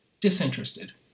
disinterested